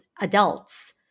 adults